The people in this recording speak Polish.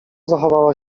zachowała